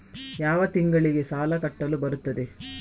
ಯಾವ ತಿಂಗಳಿಗೆ ಸಾಲ ಕಟ್ಟಲು ಬರುತ್ತದೆ?